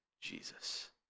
Jesus